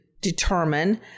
determine